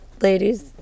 ladies